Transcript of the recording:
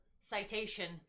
citation